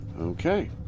Okay